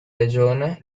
regione